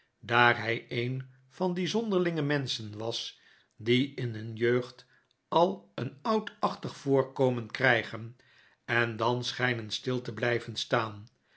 daar hij een van die zonderlinge menschen was die in hun jeugd al een oudachtig voorkomen krijgen en dan schijnen stil te blijven staan